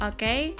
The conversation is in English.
Okay